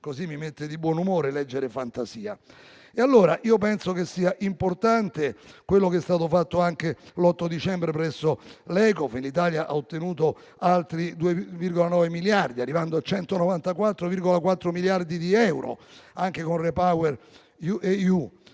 mi mette di buon umore leggere fantasia. Penso che sia importante quello che è stato fatto anche l'8 dicembre presso l'Ecofin, dove l'Italia ha ottenuto altri 2,9 miliardi, arrivando a 194,4 miliardi di euro, anche con REPowerEU.